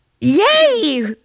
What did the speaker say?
Yay